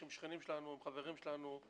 הם חברים שלנו,